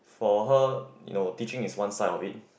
for her you know teaching is one side of it